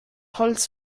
holz